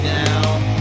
now